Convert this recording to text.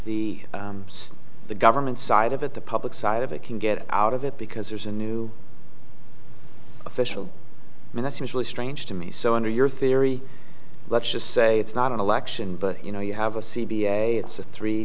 the the government side of it the public side of it can get out of it because there's a new official i mean that's really strange to me so under your theory let's just say it's not an election but you know you have a c b a it's a three